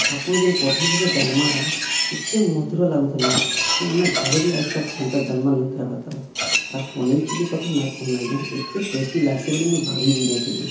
ଆପଣ ଯେନ୍ ପଠେଇ ଥିଲେ ଡାଲ୍ମାଟା ଏତେ ମଧୁର ଲାଗୁଥିଲା ଯେ ଆମେ ଘରେ ବି ଆଜ୍ ତକ୍ ସେନ୍ତା ଡାଲମା ନହିଁ ଖାଇବାର୍ ତାଲ୍ ଆର୍ ପନିର୍ ଚିଲ୍ଲୀ କଥା ନାଇ କହୁନ୍ ଆଜ୍ଞା ଏତେ ଟେଷ୍ଟି ଲାଗ୍ସି ବୋଲି ମୁଇଁ ଭାବି ବି ନାଇଁଥିଲି